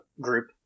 group